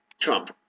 Trump